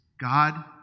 God